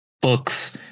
books